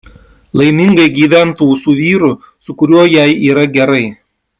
laimingai gyventų su vyru su kuriuo jai yra gerai